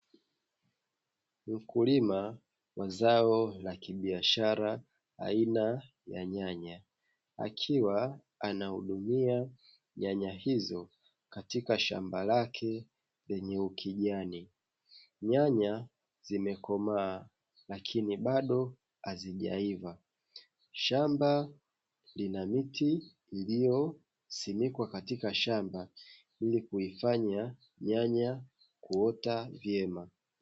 Mashine ya kuvuna mazao aina ya kombaina havesta ikifanya kazi shmbani kuwakilisha dhana ya kilimo cha viwandani mfumo wa kisasa ili kukidhi mahitaji ya kisasa, Huongeza mazao kwa kikwango kikubwa ili kukidhi mahitaji ya soko na kuongeza kiwango kwa jamiii.